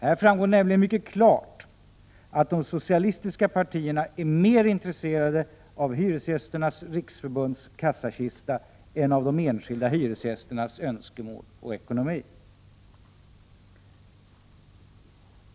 Här framgår nämligen mycket klart att de socialistiska partierna är mer intresserade av Hyresgästernas riksförbunds kassakista än av de enskilda hyresgästernas önskemål och ekonomi.